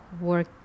work